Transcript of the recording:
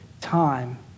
time